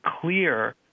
clear